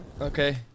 Okay